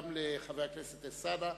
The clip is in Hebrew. גם לחבר הכנסת אלסאנע.